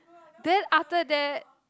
then after that